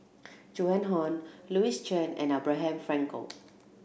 Joan Hon Louis Chen and Abraham Frankel